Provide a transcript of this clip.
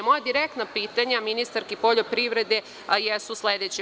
Moja direktna pitanja ministarki poljoprivrede jesu sledeća.